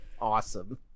awesome